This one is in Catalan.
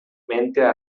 mentre